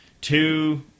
two